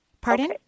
Pardon